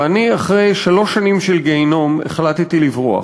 ואני, אחרי שלוש שנים של גיהינום, החלטתי לברוח.